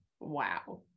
wow